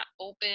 open